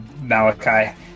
Malachi